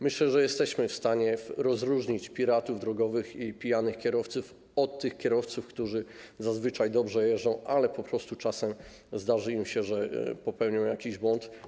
Myślę, że jesteśmy w stanie rozróżnić piratów drogowych i pijanych kierowców od tych kierowców, którzy zazwyczaj jeżdżą dobrze, ale czasem zdarzy im się popełnić jakiś błąd.